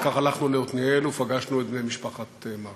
אחר כך הלכנו לעתניאל ופגשנו את בני משפחת מרק.